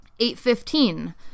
8-15